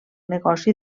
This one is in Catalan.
negoci